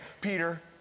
Peter